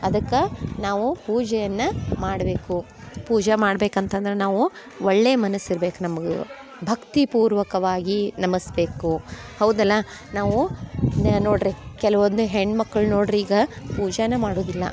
ಅದಕ್ಕೆ ನಾವು ಪೂಜೆಯನ್ನು ಮಾಡಬೇಕು ಪೂಜೆ ಮಾಡ್ಬೇಕು ಅಂತಂದ್ರೆ ನಾವು ಒಳ್ಳೆಯ ಮನಸ್ಸು ಇರ್ಬೇಕು ನಮಗೆ ಭಕ್ತಿಪೂರ್ವಕವಾಗಿ ನಮಿಸ್ಬೇಕು ಹೌದಲ್ಲ ನಾವು ನೋಡಿರಿ ಕೆಲವೊಂದು ಹೆಣ್ಮಕ್ಳು ನೋಡಿರಿ ಈಗ ಪೂಜೆನೇ ಮಾಡುವುದಿಲ್ಲ